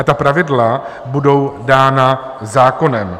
Ta pravidla budou dána zákonem.